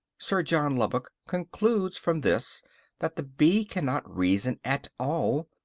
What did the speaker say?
sir john lubbock concludes from this that the bee cannot reason at all,